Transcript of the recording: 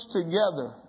together